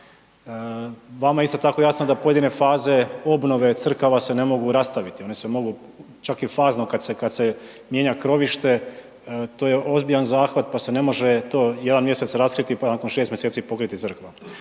Vama je isto tako jasno da pojedine faze obnove crkava se ne mogu rastaviti, one se mogu čak i fazno kada se mijenja krovište to je ozbiljan zahvat pa se ne može jedan mjesec raskriti pa nakon 6 mjeseci pokriti crkva.